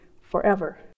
forever